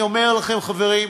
אני אומר לכם, חברים,